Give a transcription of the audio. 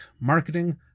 marketing